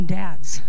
dads